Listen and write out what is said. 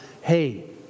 hey